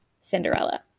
Cinderella